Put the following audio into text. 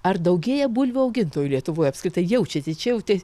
ar daugėja bulvių augintojų lietuvoje apskritai jaučiate čia jau tie